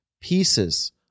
pieces